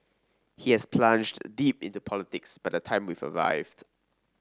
he had plunged deep into politics by the time we arrived